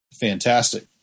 fantastic